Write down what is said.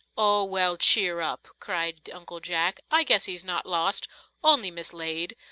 oh, well, cheer up! cried uncle jack. i guess he's not lost only mislaid.